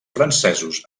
francesos